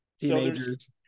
teenagers